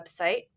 website